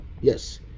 yes